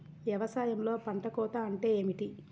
వ్యవసాయంలో పంట కోత అంటే ఏమిటి?